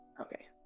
Okay